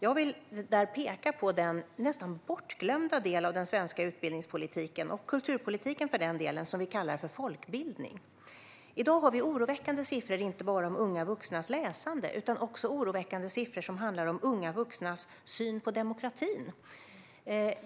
Jag vill där peka på den nästan bortglömda delen av den svenska utbildningspolitiken och kulturpolitiken som vi kallar folkbildning. I dag finns oroväckande siffror om inte bara unga vuxnas läsande utan också oroväckande siffror som handlar om unga vuxnas syn på demokratin.